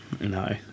No